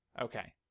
okay